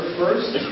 first